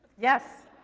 yes.